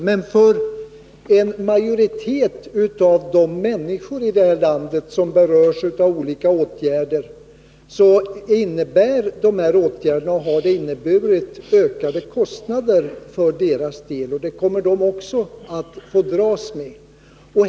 Men för en majoritet av de människor i det här landet som berörs av de här olika åtgärderna har de inneburit ökade kostnader, och det kommer de att få dras med.